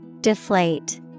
Deflate